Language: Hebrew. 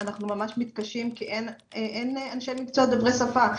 אנחנו ממש מתקשים כי אין אנשי מקצוע דוברי שפה,